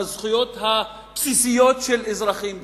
בזכויות הבסיסיות של אזרחים במדינה.